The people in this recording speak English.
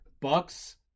bucks